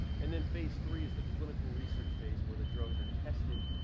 and then phase three is the clinical research phase where the drugs are tested.